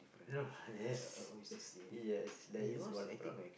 no yes yes there is one drum